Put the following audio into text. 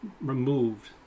removed